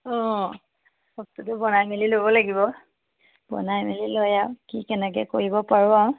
অ বনাই মেলি ল'ব লাগিব বনাই মেলি লৈ আৰু কি কেনেকে কৰিব পাৰোঁ আৰু